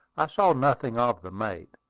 i saw nothing of the mate,